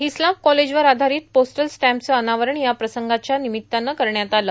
Hislop कॉलेजवर आधारित postal स्टॅम्पचे अनावरणही या प्रसंगाच्या निमित्ताने करण्यात आले